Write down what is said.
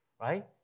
right